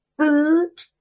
Food